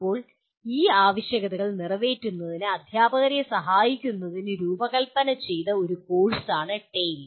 ഇപ്പോൾ ഈ ആവശ്യകതകൾ നിറവേറ്റുന്നതിന് അധ്യാപകരെ സഹായിക്കുന്നതിന് രൂപകൽപ്പന ചെയ്ത ഒരു കോഴ്സാണ് ടെയിൽ